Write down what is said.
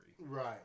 Right